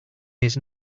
his